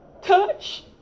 Touch